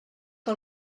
que